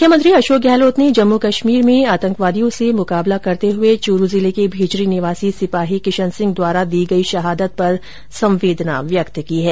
मुख्यमंत्री अशोक गहलोत ने जम्मु कश्मीर में आतंकवादियों से मुकाबला करते हुए चुरू जिले के भीचरी निवासी सिपाही किशन सिंह द्वारा दी गई शहादत पर संवेदना व्यक्त की है